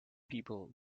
people